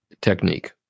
Technique